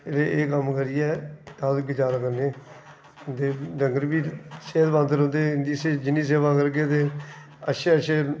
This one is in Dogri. ते एह् कम्म करियै सार गजारा करने ते डंगर बी सेह्तमंद रौंह्दे इं'दी जिन्नी सेवा करगे ते अच्छे अच्छे